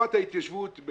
אלופת ההתיישבות,